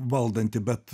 valdanti bet